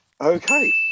Okay